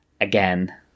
again